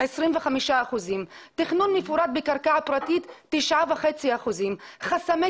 25%; תכנון מפורט בקרקע פרטית 9.5%; חסמי